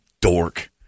dork